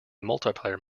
multiplayer